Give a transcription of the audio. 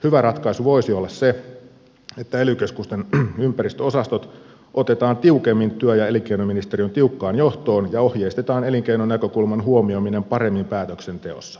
hyvä ratkaisu voisi olla se että ely keskusten ympäristöosastot otetaan tiukemmin työ ja elinkeinoministeriön johtoon ja ohjeistetaan elinkeinonäkökulman huomioiminen paremmin päätöksenteossa